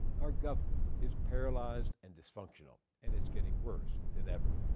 our government is paralyzed and dysfunctional, and it's getting worse than ever.